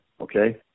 okay